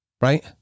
right